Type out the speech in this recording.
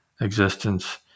existence